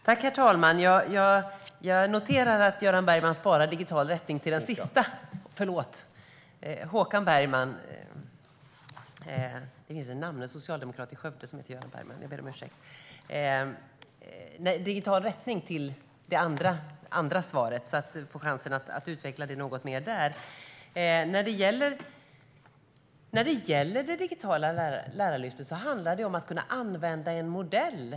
Herr talman! Jag noterar att Håkan Bergman sparar digital rättning till den andra repliken. Du får chansen att utveckla det något mer där. När det gäller det digitala lärarlyftet handlar det om att kunna använda en modell.